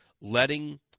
letting